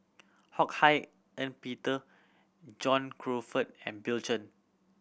Ho Hak Ean Peter John Crawfurd and Bill Chen